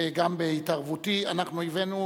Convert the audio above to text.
וגם בהתערבותי, הבאנו